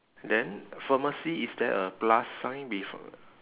then pharmacy is there a plus sign befo~